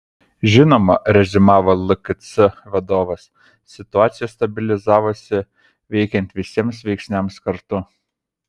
žinoma reziumavo lkc vadovas situacija stabilizavosi veikiant visiems veiksniams kartu